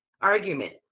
argument